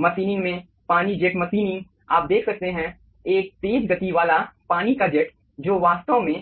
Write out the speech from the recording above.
machining में पानी jet machining आप देख सकते हैं एक तेज़ गति वाला पानी का जेट जो वास्तव में